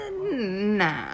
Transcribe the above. nah